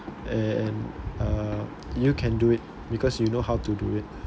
and uh you can do it because you know how to do it